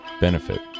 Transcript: benefit